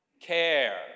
care